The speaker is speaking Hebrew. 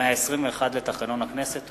121 לתקנון הכנסת.